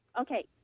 okay